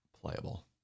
playable